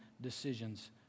decisions